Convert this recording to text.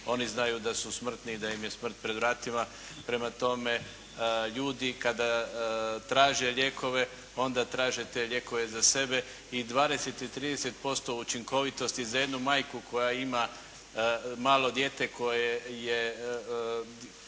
oni znaju da su smrtni i da im je smrt pred vratima. Prema tome ljudi kada traže lijekove onda traže te lijekove za sebe i 20-30% učinkovitosti za jednu majku koja ima malo dijete koje je